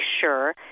sure